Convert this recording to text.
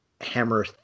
Hammer